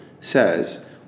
says